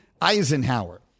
Eisenhower